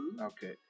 Okay